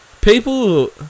people